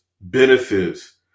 benefits